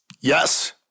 Yes